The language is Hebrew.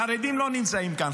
החרדים לא נמצאים כאן,